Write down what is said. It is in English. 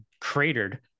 cratered